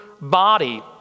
body